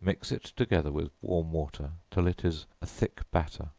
mix it together with warm water till it is a thick batter